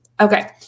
Okay